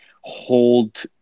hold